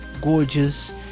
gorgeous